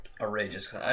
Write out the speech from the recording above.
outrageous